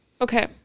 Okay